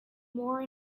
more